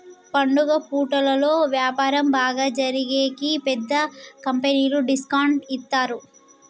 పండుగ పూటలలో వ్యాపారం బాగా జరిగేకి పెద్ద కంపెనీలు డిస్కౌంట్ ఇత్తారు